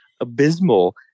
abysmal